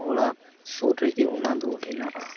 ᱚᱲᱟᱜ ᱥᱩᱨ ᱨᱮᱜᱮ ᱚᱱᱟᱫᱚ ᱦᱮᱱᱟᱜᱼᱟ